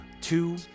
Two